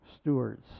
stewards